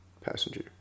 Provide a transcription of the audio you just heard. Passenger